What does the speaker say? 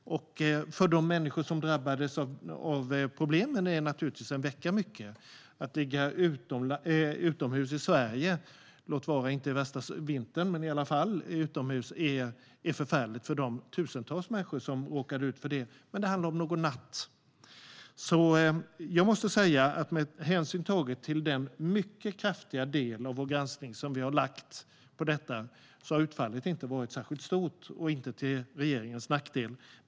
För de människor som drabbades av problem är naturligtvis en vecka mycket. Att ligga utomhus i Sverige - låt vara att det inte var under värsta vintern - var förfärligt för de tusentals människor som råkade ut för det. Men det handlade om någon natt. Med hänsyn tagen till den mycket stora del av vår granskning som vi har lagt på detta har utfallet inte varit särskilt stort och inte till regeringens nackdel.